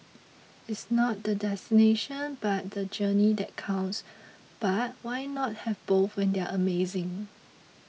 it's not the destination but the journey that counts but why not have both when they're amazing